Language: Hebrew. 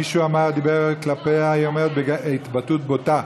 מישהו דיבר כלפיה, היא אומרת, התבטאות בוטה.